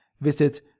Visit